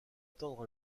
attendre